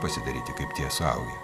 pasidaryti kaip tie suaugę